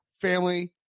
family